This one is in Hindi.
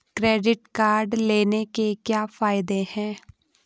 क्रेडिट कार्ड लेने के क्या फायदे हैं?